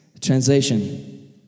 Translation